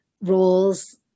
roles